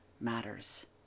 matters